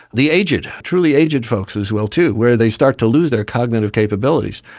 the aged, truly aged folks as well too, where they start to lose their cognitive capabilities,